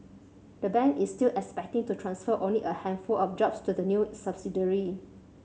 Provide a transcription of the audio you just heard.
the bank is still expecting to transfer only a handful of jobs to the new subsidiary